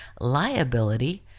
liability